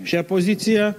šią poziciją